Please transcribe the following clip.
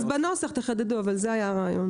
אז בנוסח תחדדו, אבל זה היה הרעיון.